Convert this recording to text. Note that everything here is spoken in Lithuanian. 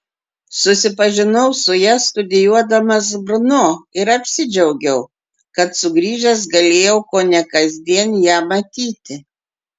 susipažinau su ja studijuodamas brno ir apsidžiaugiau kad sugrįžęs galėjau kone kasdien ją matyti